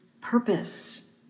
purpose